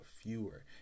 fewer